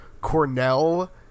cornell